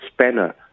spanner